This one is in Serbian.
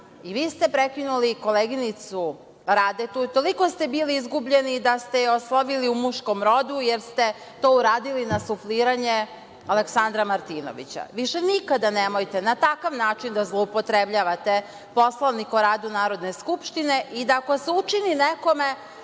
i vi ste prekinuli koleginicu Radetu, toliko ste bili izgubljeni da ste je oslovili u muškom rodu, jer ste to uradili na sufliranje Aleksandra Martinovića. Više nikada nemojte na takav način da zloupotrebljavate Poslovnik o radu Narodne skupštine i da ako se učini nekome,